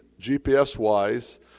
GPS-wise